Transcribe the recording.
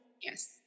Yes